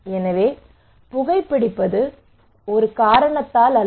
எனவே புகைபிடிப்பது ஒரு காரணத்தால் அல்ல